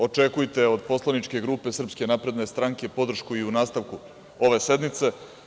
Očekujete od poslaničke grupe Srpske napredne stranke podršku i u nastavku ove sednice.